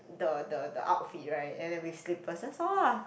the the the outfit right and then with slippers that's all lah